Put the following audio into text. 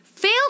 Fail